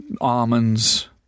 almonds